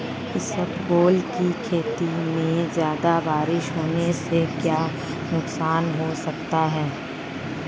इसबगोल की खेती में ज़्यादा बरसात होने से क्या नुकसान हो सकता है?